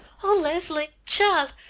o leslie! child!